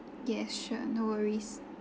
yeah sure no worries